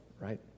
right